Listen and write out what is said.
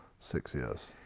six years,